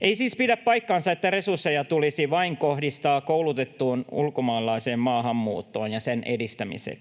Ei siis pidä paikkaansa, että resursseja tulisi kohdistaa vain koulutettujen ulkomaalaisten maahanmuuttoon ja sen edistämiseen.